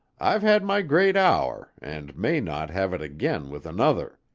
i've had my great hour, and may not have it again with another.